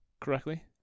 correctly